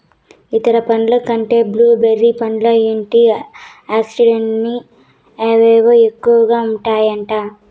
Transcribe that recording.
ఇతర పండ్ల కంటే బ్లూ బెర్రీ పండ్లల్ల యాంటీ ఆక్సిడెంట్లని అవేవో ఎక్కువగా ఉంటాయట